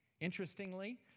Interestingly